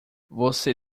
você